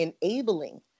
enabling